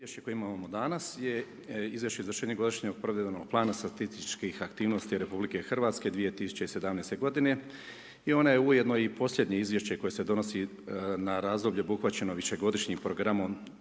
izvješće koje imamo danas je Izvješće o izvršenju Godišnjeg provedbenog plana statističkih aktivnosti Republike Hrvatske 2017. godine i ona je ujedno i posljednje izvješće koje se donosi na razdoblje obuhvaćeno višegodišnjim programom